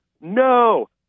no